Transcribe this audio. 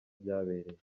byabereye